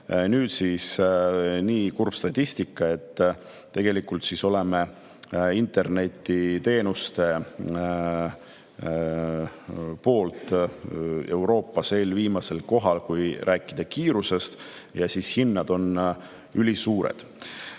Nüüd siis on nii kurb statistika, et tegelikult oleme internetiteenuste poolest Euroopas eelviimasel kohal, kui rääkida kiirusest, ja hinnad on ülisuured.